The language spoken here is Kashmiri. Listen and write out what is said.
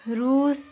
روٗس